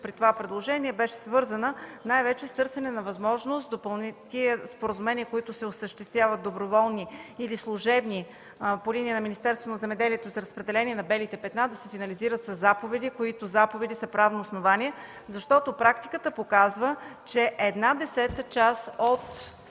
при това предложение, беше свързана най-вече с търсене на възможност споразуменията, които се осъществяват, доброволни или служебни по линия на Министерството на земеделието и храните за разпределение на „белите петна”, да се финализират със заповеди, които са правно основание, защото практиката показва, че една десета част от